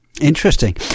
Interesting